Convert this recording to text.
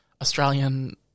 Australian